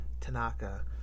Tanaka